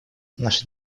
наша